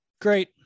great